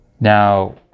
Now